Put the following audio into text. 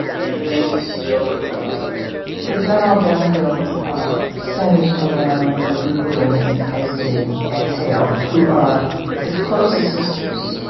and things are still rolling it's not all downhill centers around a group of women as did exhale who are as close as sisters.